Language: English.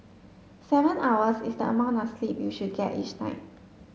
seven hours is the amount of sleep you should get each night